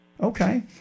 Okay